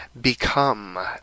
become